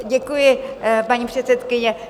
Děkuji, paní předsedkyně.